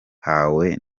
hawe